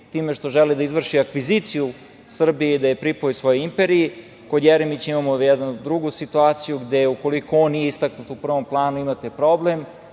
time što želi da izvrši akviziciju Srbije i da je pripoji svojoj imperiji, kod Jeremića imamo jednu drugu situaciju gde ukoliko on nije istaknut u prvom planu imate problem.